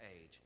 age